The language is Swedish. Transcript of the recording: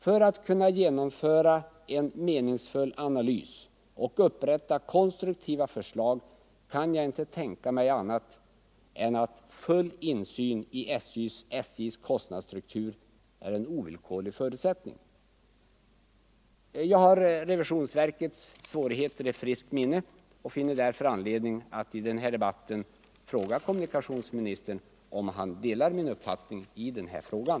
För att kunna genomföra en meningsfull analys och upprätta konstruktiva förslag är enligt min mening full insyn i SJ:s kostnadsstruktur en ovillkorlig förutsättning. Jag har riksrevisionsverkets svårigheter i friskt minne och finner därför anledning att i den här debatten fråga kommunikationsministern, om han delar min uppfattning på den punkten.